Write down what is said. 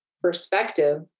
perspective